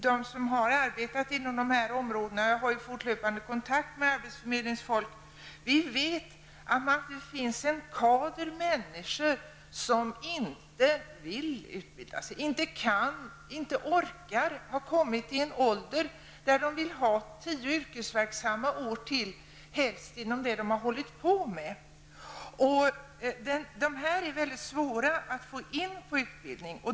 De som har arbetat inom dessa områden -- jag har fortlöpande kontakt med folk på arbetsförmedlingar -- vet att det finns en kader människor som inte vill, kan eller orkar utbilda sig. De kan ha kommit till en ålder då de har tio yrkesverksamma år kvar, som de helst vill ha inom samma område som de tidigare har hållit på med. Denna grupp är mycket svår att få in på utbildning.